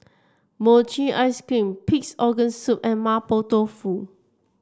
Mochi Ice Cream Pig's Organ Soup and Mapo Tofu